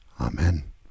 amen